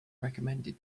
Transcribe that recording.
recommended